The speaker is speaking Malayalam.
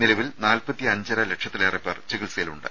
നിലവിൽ നാല്പത്തി അഞ്ചര ലക്ഷത്തിലേറെപ്പേർ ചികിത്സയിലുണ്ട്